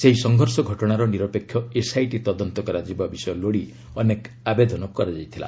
ସେହି ସଂଘର୍ଷ ଘଟଣାର ନିରପେକ୍ଷ ଏସ୍ଆଇଟି ତଦନ୍ତ କରାଯିବା ବିଷୟ ଲୋଡ଼ି ଅନେକ ଆବେଦନ କରାଯାଇଥିଲା